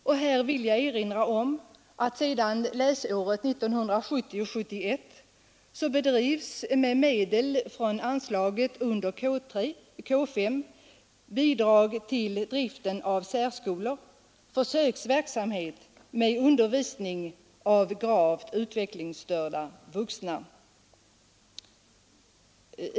Jag vill erinra om att sedan läsåret 1970/71 bedrivs med medel från anslaget under K 5 Bidrag till driften av särskolor m.m. försöksverksamhet med undervisning av gravt utvecklingsstörda vuxna.